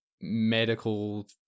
medical